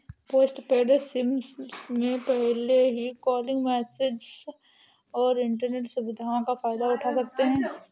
postpaid SIM में पहले ही कॉलिंग, मैसेजस और इन्टरनेट सुविधाओं का फायदा उठा सकते हैं